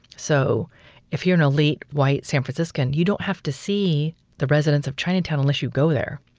so if you're an elite, white san francisco, and you don't have to see the residents of chinatown unless you go there.